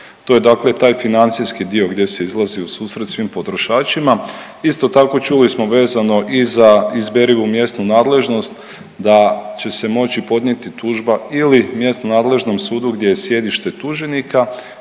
To je dakle taj financijski dio gdje se izlazi u susret svim potrošačima. Isto tako čuli smo vezano i za izberivu mjesnu nadležnost da će se moći podnijeti tužba ili mjesno nadležnom sudu gdje je sjedište tuženika